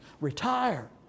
retire